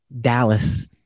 Dallas